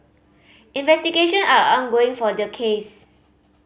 investigation are ongoing for the case